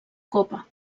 copa